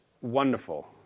wonderful